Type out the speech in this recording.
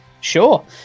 Sure